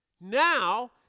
Now